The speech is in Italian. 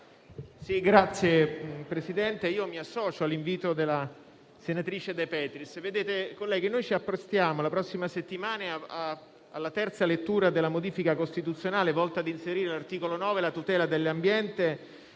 Signor Presidente, mi associo all'invito della senatrice De Petris. Colleghi, noi ci apprestiamo la prossima settimana alla terza lettura della modifica costituzionale volta ad inserire all'articolo 9 della Costituzione